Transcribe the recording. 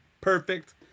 perfect